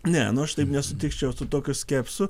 ne nu aš taip nesutikčiau su tokiu skepsiu